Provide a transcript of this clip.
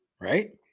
Right